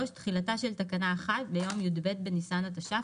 3. תחילתה של...בתקנה 1... ביום י"ב בניסן התש"ף